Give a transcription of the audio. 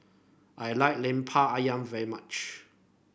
I like lemper ayam very much